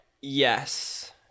yes